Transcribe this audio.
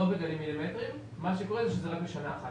לא בגלים מילימטריים, מה שקורה שזה רק לשנה אחת.